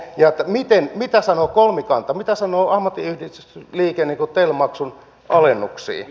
ja mitä sanoo kolmikanta mitä sanoo ammattiyhdistysliike tel maksun alennuksista